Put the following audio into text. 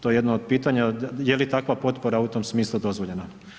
To je jedno od pitanja je li takva potpora u tom smislu dozvoljena.